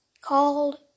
called